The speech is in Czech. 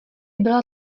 byla